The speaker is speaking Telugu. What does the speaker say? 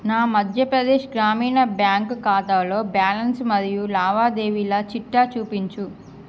నా మధ్య ప్రదేశ్ గ్రామీణ బ్యాంక్ ఖాతాలో బ్యాలన్స్ మరియు లావాదేవీల చిట్టా చూపించు